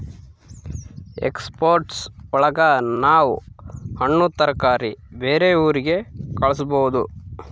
export ಒಳಗ ನಾವ್ ಹಣ್ಣು ತರಕಾರಿ ಬೇರೆ ಊರಿಗೆ ಕಳಸ್ಬೋದು